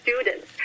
students